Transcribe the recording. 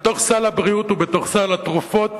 בתוך סל הבריאות ובתוך סל התרופות